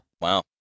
Wow